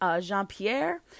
Jean-Pierre